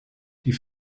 die